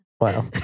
Wow